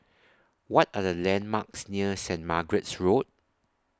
What Are The landmarks near Saint Margaret's Road